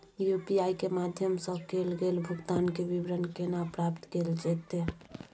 UPI के माध्यम सं कैल गेल भुगतान, के विवरण केना प्राप्त कैल जेतै?